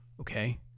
okay